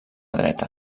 dreta